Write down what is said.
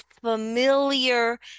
familiar